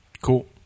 Cool